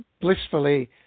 blissfully